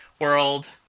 world